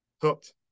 hooked